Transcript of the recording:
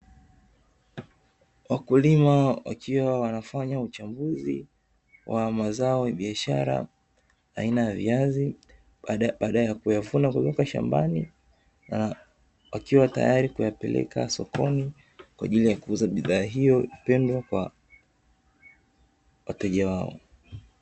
Wakulima wakiwa wanafanya uchambuzi wa mazao ya biashara aina ya viazi, baada ya kuyavuna kutoka shambani, wakiwa tayari kupeleka sokoni kwa ajili ya kuuza bidhaa hiyo pendwa kwa wateja wao.